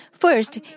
First